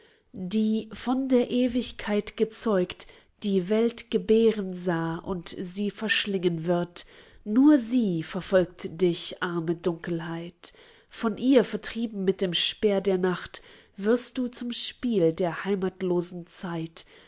die von der ewigkeit gezeugt die welt gebären sah und sie verschlingen wird nur sie verfolgt dich arme dunkelheit von ihr vertrieben mit dem speer der nacht wirst du zum spiel der heimatlosen zeit